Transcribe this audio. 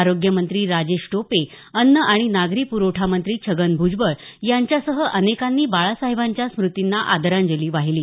आरोग्य मंत्री राजेश टोपे अन्न आणि नागरी प्रवठा मंत्री छगन भ्जबळ यांच्यासह अनेकांनी बाळासाहेबांच्या स्मृतींना आदरांजली वाहिली